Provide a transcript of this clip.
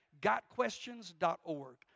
GotQuestions.org